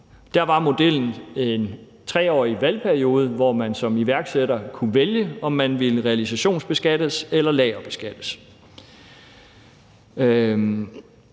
Der var modellen en 3-årig valgperiode, hvor man som iværksætter kunne vælge, om man ville realisationsbeskattes eller lagerbeskattes.